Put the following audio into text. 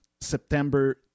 September